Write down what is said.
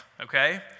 okay